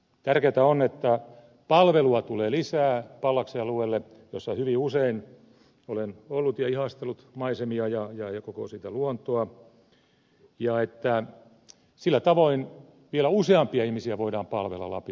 tärkeätä on että palvelua tulee lisää pallaksen alueelle jolla hyvin usein olen ollut ja ihastellut maisemia ja koko sitä luontoa ja että sillä tavoin vielä useampia ihmisiä voidaan palvella lapissa